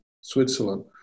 Switzerland